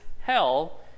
hell